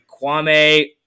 Kwame